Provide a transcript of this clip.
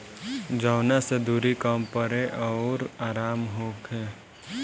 जवना से दुरी कम पड़े अउर आराम होखे